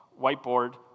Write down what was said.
whiteboard